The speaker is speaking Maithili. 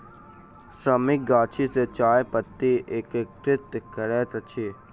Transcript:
श्रमिक गाछी सॅ चाय पत्ती एकत्रित करैत अछि